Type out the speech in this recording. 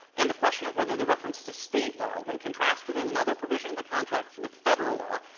and the question of whether the reference to state law, when contrasted in another provision of the contract with federal law,